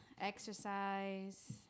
exercise